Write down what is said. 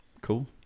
Cool